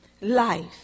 life